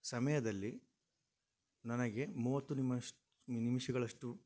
ಸಮಯದಲ್ಲಿ ನನಗೆ ಮೂವತ್ತು ನಿಮಿಷ ನಿಮಿಷಗಳಷ್ಟು